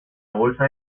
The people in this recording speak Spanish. bolsa